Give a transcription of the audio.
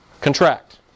contract